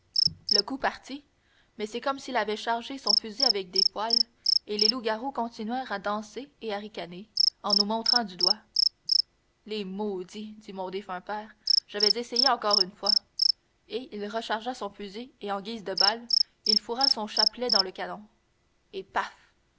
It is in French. le coup partit mais c'est comme s'il avait chargé son fusil avec des pois et les loups-garous continuèrent à danser et à ricaner en nous montrant du doigt les maudits dit mon défunt père je vais essayer encore une fois et il rechargea son fusil et en guise de balle il fourra son chapelet dans le canon et paf